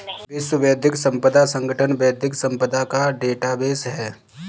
विश्व बौद्धिक संपदा संगठन बौद्धिक संपदा का डेटाबेस है